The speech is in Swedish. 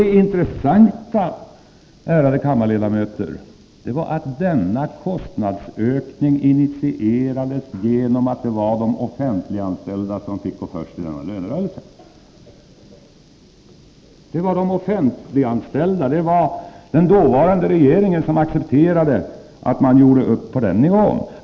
Det intressanta, ärade kammarledamöter, var att denna kostnadsökning initierades genom att det var de offentliganställda som fick gå först i denna lönerörelse. Det var den dåvarande regeringen som accepterade att man gjorde upp på den nivån.